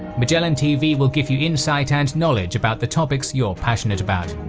magellantv will give you insight and knowledge about the topics you're passionate about.